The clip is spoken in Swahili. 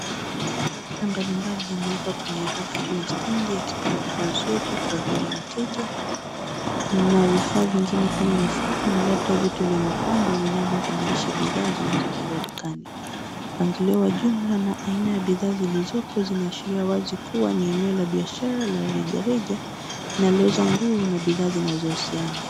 Mavazi ya aina mbalimbali yamewekwa kwenye rafu na stendi yakipangwa kwa uzuri kwa ajili ya wateja. Kuna vifaa vingine kama mifuko na labda vitu vya mapambo vinavyokamilisha bidhaa zinazotolea dukani. Mpangilio wa jumla na aina ya bidhaa zilizopo zinaashiria wazi kuwa ni eneo la biashara la reja reja linaouza nguo na bidhaa zinazohusiana.